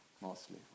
mostly